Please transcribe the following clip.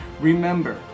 Remember